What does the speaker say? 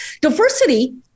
Diversity